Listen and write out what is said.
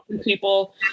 people